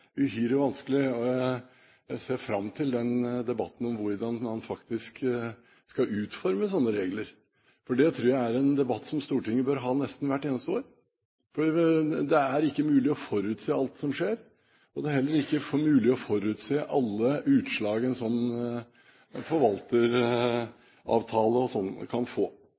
uhyre vanskelig, og jeg ser fram til debatten om hvordan man faktisk skal utforme slike regler. Det tror jeg er en debatt som Stortinget bør ha nesten hvert eneste år, for det er ikke mulig å forutse alt som skjer, og det er heller ikke mulig å forutse alle utslag en slik forvalteravtale kan få.